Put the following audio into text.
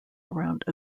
around